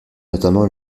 notamment